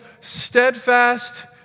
steadfast